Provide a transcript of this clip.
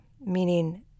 meaning